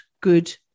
good